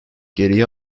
geriye